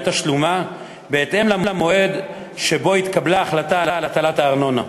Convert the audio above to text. תשלומה בהתאם למועד שבו התקבלה החלטה על הטלת הארנונה,